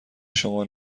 شما